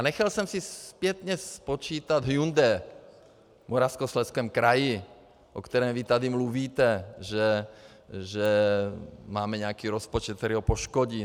Nechal jsem si zpětně spočítat Hyundai v Moravskoslezském kraji, o kterém vy tady mluvíte, že máme nějaký rozpočet, který ho poškodí.